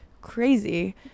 crazy